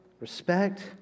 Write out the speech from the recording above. respect